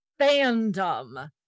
fandom